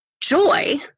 Joy